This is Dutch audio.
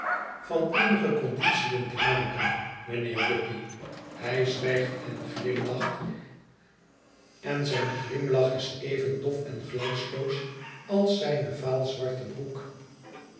van eenige conditiën te maken mijnheer guppy hij zwijgt en glimlacht en zijn glimlach is even dof en glansloos als zijne vaal zwarte broek